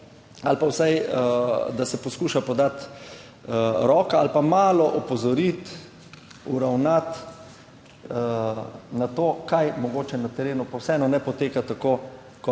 ali pa vsaj, da se poskuša podati roka ali pa malo opozoriti, uravnati na to, kaj mogoče na terenu, pa vseeno ne poteka tako kot